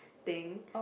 thing